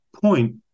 point